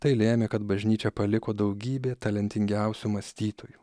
tai lėmė kad bažnyčią paliko daugybė talentingiausių mąstytojų